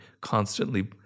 constantly